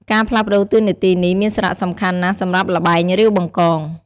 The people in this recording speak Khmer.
ការផ្លាស់ប្តូរតួនាទីនេះមានសារៈសំខាន់ណាស់សម្រាប់ល្បែង រាវបង្កង។